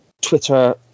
twitter